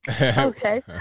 Okay